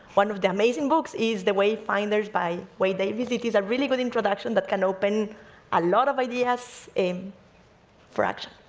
one of the amazing books is the wayfinders by wade davis. it is a really good introduction that can open a lot of ideas for action.